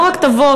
לא רק תבוא,